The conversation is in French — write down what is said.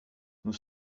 nous